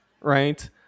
Right